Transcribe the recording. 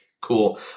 cool